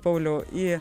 pauliau į